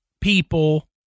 people